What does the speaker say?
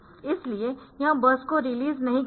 इसलिए यह बस को रिलीज़ नहीं करेगा